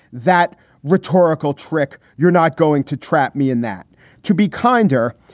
that rhetorical trick. you're not going to trap me in that to be kinder.